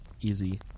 easy